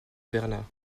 berlin